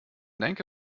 denke